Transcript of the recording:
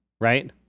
right